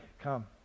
come